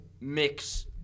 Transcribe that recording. mix